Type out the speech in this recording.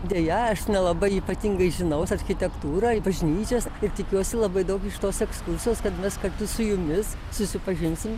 deja aš nelabai ypatingai žinaus architektūrą ir bažnyčias ir tikiuosi labai daug iš tos ekskursijos kad mes kartu su jumis susipažinsim